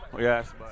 Yes